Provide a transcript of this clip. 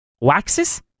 waxes